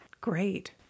Great